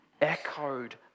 echoed